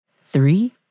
Three